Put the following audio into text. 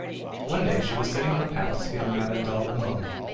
one day she was sitting in the palace feeling rather dull and lonely,